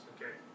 Okay